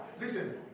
Listen